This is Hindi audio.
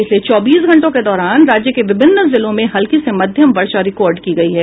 पिछले चौबीस घंटों के दौरान राज्य के विभिन्न जिलों में हल्की से मध्यम वर्षा रिकॉर्ड की गयी है